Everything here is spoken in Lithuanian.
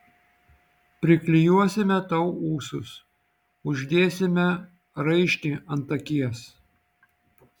priklijuosime tau ūsus uždėsime raištį ant akies